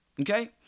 okay